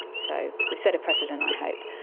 so we set a precedent i hope.